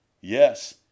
Yes